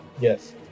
Yes